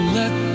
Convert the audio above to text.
let